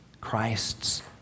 Christ's